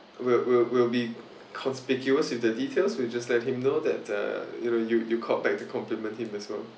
we'll we'll we'll be conspicuous with the details we'll just let him know that uh you know you you call back to compliment him as well